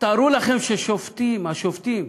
תארו לכם ששופטים, השופטים,